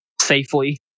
safely